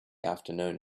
afternoon